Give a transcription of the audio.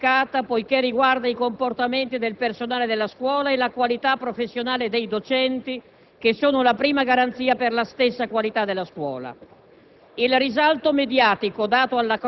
Si tratta di una materia delicata poiché riguarda i comportamenti del personale della scuola e la qualità professionale dei docenti che sono la prima garanzia per la stessa qualità della scuola.